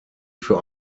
für